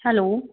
hello